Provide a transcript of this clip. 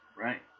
Right